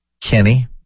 Kenny